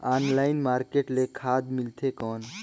Online market ले खाद मिलथे कौन?